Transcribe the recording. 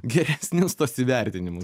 geresnius tuos įvertinimus